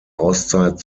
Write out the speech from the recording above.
auszeit